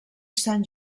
sant